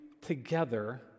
together